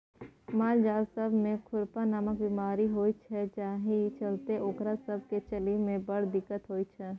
मालजाल सब मे खुरपका नामक बेमारी होइ छै जाहि चलते ओकरा सब केँ चलइ मे बड़ दिक्कत होइ छै